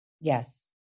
Yes